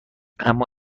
اما